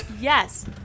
yes